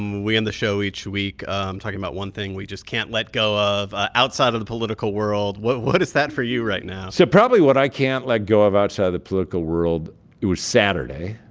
we end the show each week talking about one thing we just can't let go of ah outside of the political world. what what is that for you right now? so probably what i can't let go of outside the political world it was saturday.